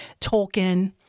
Tolkien